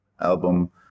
album